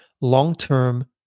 long-term